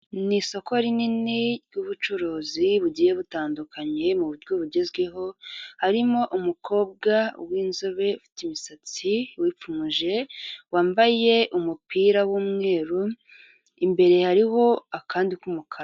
Ni isoko rinini ry'ubucuruzi bugiye butandukanye mu buryo bugezweho, harimo umukobwa w'inzobe ufite imisatsi wipfumuje, wambaye umupira w'umweru, imbere hariho akandi k'umukara.